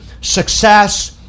success